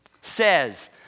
says